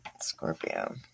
Scorpio